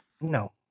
No